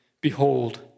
Behold